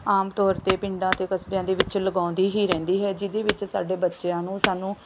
ਆਮ ਤੌਰ 'ਤੇ ਪਿੰਡਾਂ ਅਤੇ ਕਸਬਿਆਂ ਦੇ ਵਿੱਚ ਲਗਾਉਂਦੀ ਹੀ ਰਹਿੰਦੀ ਹੈ ਜਿਹਦੇ ਵਿੱਚ ਸਾਡੇ ਬੱਚਿਆਂ ਨੂੰ ਸਾਨੂੰ